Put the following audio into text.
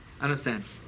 understand